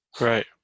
Right